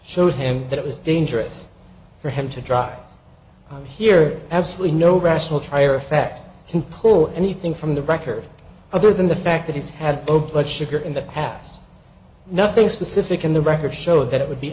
showed him that it was dangerous for him to dry out here absolutely no rational trier of fact can pull anything from the record other than the fact that he's had opened sugar in the past nothing specific in the record show that it would be